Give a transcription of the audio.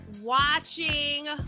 watching